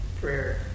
prayer